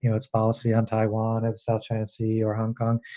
you know its policy on taiwan and south china sea or hong kong.